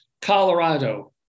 Colorado